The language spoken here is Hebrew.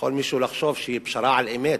יכול מישהו לחשוב שזו פשרה על-אמת.